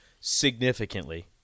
significantly